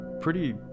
pretty-